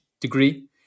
degree